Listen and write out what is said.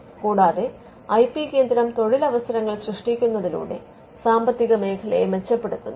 കൂടാതെ I P കേന്ദ്രം തൊഴിലവസരങ്ങൾ സൃഷ്ടിക്കുന്നതിലൂടെ സാമ്പത്തികമേഖലയെ മെച്ചപ്പെടുത്തുന്നു